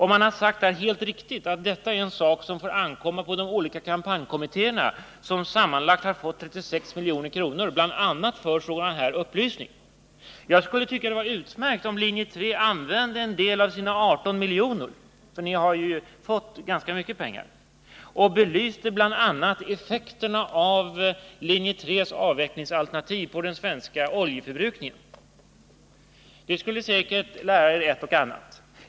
Man har sagt att det får ankomma på de olika kampanjkommittéerna att arrangera sådana utfrågningar. De har dock sammanlagt fått 36 milj.kr. bl.a. för att kunna ge sådan här information. Jag tycker det skulle vara utmärkt om linje 3 använder en del av sina 18 milj.kr. till att belysa bl.a. effekterna på svensk oljeförbrukning av linje 3:s avvecklingsalternativ. Det skulle säkert lära er ett och annat.